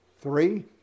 Three